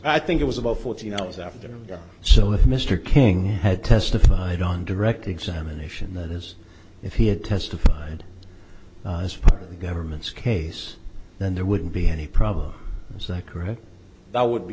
i think it was about fourteen hours after so if mr king had testified on direct examination that is if he had testified as for the government's case then there wouldn't be any problem is that correct that would be